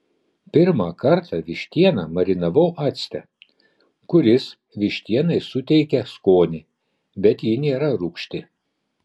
pirmą kartą vištieną marinavau acte kuris vištienai suteikia skonį bet ji nėra rūgšti